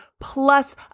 plus